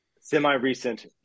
semi-recent